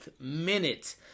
minute